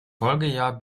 folgejahr